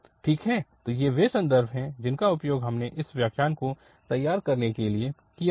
ठीक है तो ये वे संदर्भ हैं जिनका उपयोग हमने इन व्याख्यानों को तैयार करने के लिए किया है